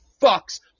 fucks